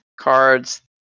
cards